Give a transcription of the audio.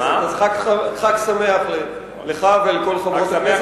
אז חג שמח לך ולכל חברות הכנסת,